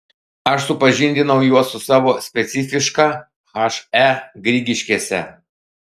aš supažindinau juos su savo specifiška he grigiškėse